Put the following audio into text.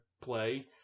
play